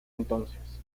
entonces